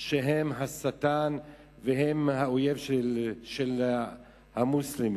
שהם השטן והם האויב של המוסלמים.